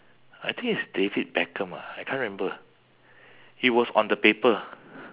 I think it's david beckham ah I can't remember he was on the paper